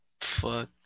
Fuck